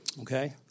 Okay